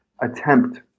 attempt